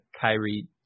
Kyrie